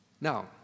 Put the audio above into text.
Now